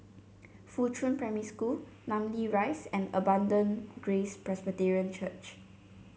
Fuchun Primary School Namly Rise and Abundant Grace Presbyterian Church